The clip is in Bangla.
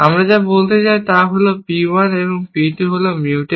আমরা যা বলতে চাই তা হল P 1 এবং P 2 হল Mutex